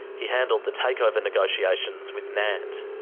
he handled the takeover negotiations with nant.